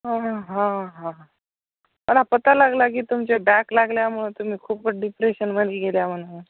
हां हां हां हां हां मला पता लागला की तुमच्या बॅक लागल्यामुळं तुम्ही खूपच डिप्रेशनमध्ये गेला म्हणे